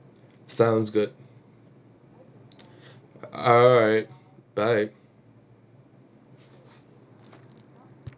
sounds good alright bye